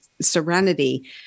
serenity